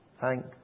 Thank